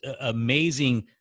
amazing